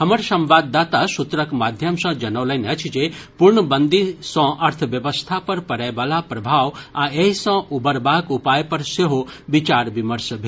हमर संवाददाता सूत्रक माध्यम सॅ जनौलनि अछि जे पूर्णबंदी सॅ अर्थव्यवस्था पर पड़य वला प्रभाव आ एहि सॅ उबरबाक उपाय पर सेहो विचार विमर्श भेल